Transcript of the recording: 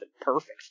perfect